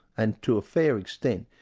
and to a fair extent,